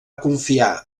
confiar